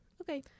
Okay